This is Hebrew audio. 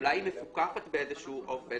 --- אולי היא מפוקחת באיזה שהוא אופן,